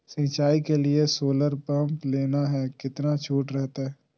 सिंचाई के लिए सोलर पंप लेना है कितना छुट रहतैय?